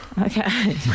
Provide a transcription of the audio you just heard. Okay